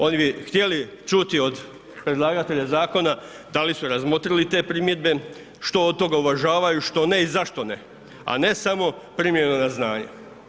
Oni bi htjeli čuti od predlagatelja zakona da li su razmotrili te primjedbe, što od toga uvažavaju, što ne i zašto ne, a ne samo primljeno na znanje.